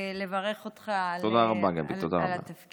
לברך אותך על התפקיד.